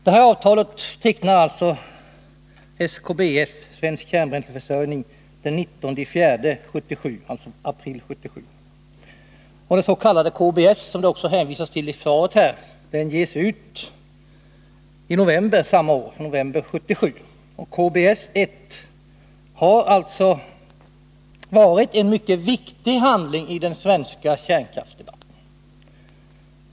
NY Avtalet tecknade SKBF, Svensk Kärnbränsleförsörjning, den 19 april 1977. KBS, som det också hänvisas till i svaret, gavs ut i november samma år. KBS 1 har varit en mycket viktig handling i den svenska kärnkraftsdebatten.